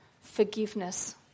forgiveness